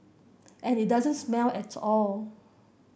and it doesn't smell at all